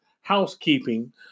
housekeeping